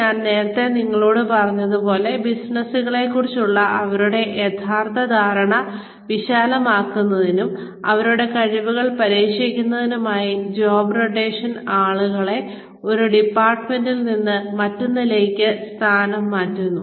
ഞാൻ നേരത്തെ നിങ്ങളോട് പറഞ്ഞതുപോലെ ബിസിനസ്സിനെക്കുറിച്ചുള്ള അവരുടെ ധാരണ വിശാലമാക്കുന്നതിനും അവരുടെ കഴിവുകൾ പരീക്ഷിക്കുന്നതിനുമായി ജോബ് റേറ്റേഷൻ ആളുകളെ ഒരു ഡിപ്പാർട്മെന്റ് നിന്ന് മറ്റൊന്നിലേക്കു സ്ഥാനംമാറ്റുന്നു